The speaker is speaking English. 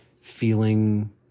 feeling